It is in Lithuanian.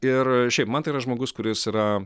ir šiaip man tai yra žmogus kuris yra